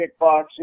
kickboxing